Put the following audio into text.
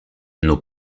nos